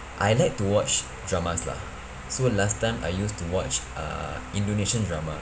I like to watch dramas lah so last time I used to watch uh indonesian drama